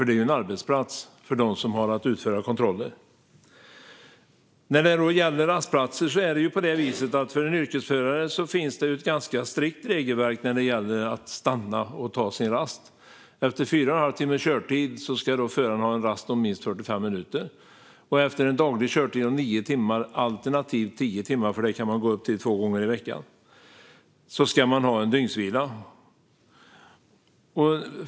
Det är en arbetsplats för dem som ska utföra kontroller. När det gäller yrkeschaufförer finns det ett ganska strikt regelverk när det gäller att stanna för att ta sin rast. Efter fyra och en halv timmes körtid ska förarna ha en rast på minst 45 minuter. Och efter en daglig körtid på nio timmar, alternativt tio timmar som man kan gå upp till två gånger i veckan, ska man ha en dygnsvila.